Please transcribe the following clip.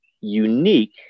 unique